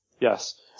Yes